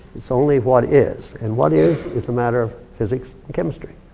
it's only what is, and what is, it's a matter of physics and chemistry.